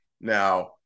Now